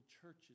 churches